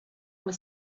was